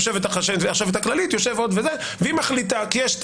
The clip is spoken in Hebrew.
יושבת החשבת הכללית ועוד והם מחליטים כי יש את